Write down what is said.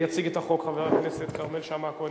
יציג את החוק חבר הכנסת כרמל שאמה-הכהן,